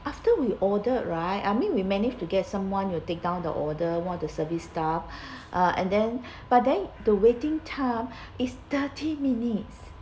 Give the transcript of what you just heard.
after we ordered right I mean we managed to get someone to take down the order one of the service staff uh and then but then the waiting time is thirty minutes